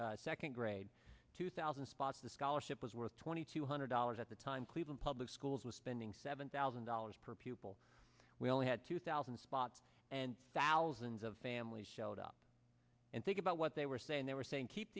second grade two thousand spots the scholarship was worth twenty two hundred dollars at the time cleveland public schools were spending seven thousand dollars per pupil we only had two thousand spots and thousands of families showed up and think about what they were saying they were saying keep